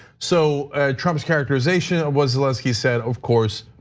so trump's characterization wisloski said of course,